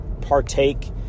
partake